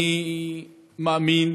אני מאמין